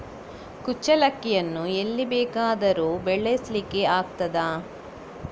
ಕುಚ್ಚಲಕ್ಕಿಯನ್ನು ಎಲ್ಲಿ ಬೇಕಾದರೂ ಬೆಳೆಸ್ಲಿಕ್ಕೆ ಆಗ್ತದ?